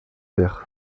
perth